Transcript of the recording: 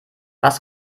was